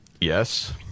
yes